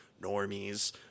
normies